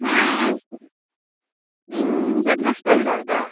ᱦᱮᱸ ᱤᱧ ᱦᱮᱹᱰᱢᱟᱥᱴᱟᱨᱤᱧ ᱨᱚᱲ ᱮᱫᱟ